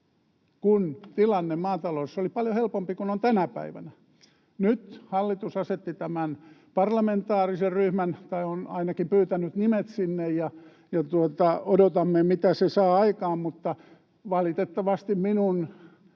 kun tilanne maataloudessa oli paljon helpompi kuin on tänä päivänä. Nyt hallitus asetti tämän parlamentaarisen ryhmän, tai on ainakin pyytänyt nimet sinne. Odotamme, mitä se saa aikaan, mutta valitettavasti minun